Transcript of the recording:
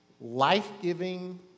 life-giving